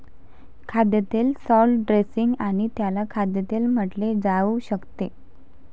खाद्यतेल salad dressing आणि त्याला खाद्यतेल म्हटले जाऊ शकते